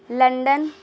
London